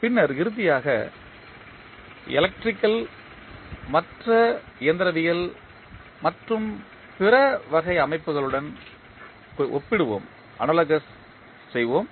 பின்னர் இறுதியாக எலக்ட்ரிக்கல் மற்ற இயந்திரவியல் மற்றும் பிற வகை அமைப்புகளுடன் ஒப்பிடுவோம்